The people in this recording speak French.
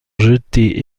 jeter